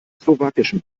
slowakischen